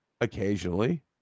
occasionally